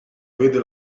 vede